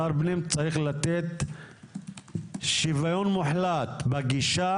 שר פנים צריך לתת שוויון מוחלט בגישה